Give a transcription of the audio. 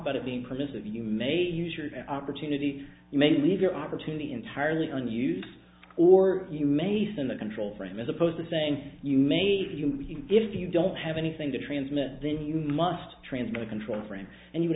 about it being permissive you may use your opportunity you may believe your opportunity entirely on use or you mason the control frame as opposed to saying you made you if you don't have anything to transmit then you must transmit a control frame and you would